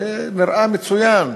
זה נראה מצוין.